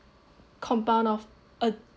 compound of a